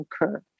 occur